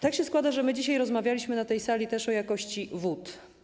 Tak się składa, że dzisiaj rozmawialiśmy na tej sali o jakości wód.